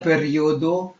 periodo